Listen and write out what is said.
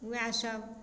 वएह सब